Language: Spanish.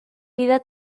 vida